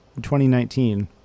2019